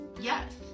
Yes